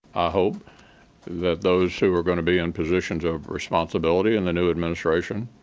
hope that those who are going to be in positions of responsibility in the new administration